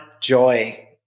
joy